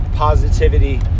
Positivity